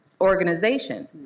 organization